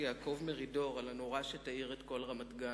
יעקב מרידור על הנורה שתאיר את כל רמת-גן,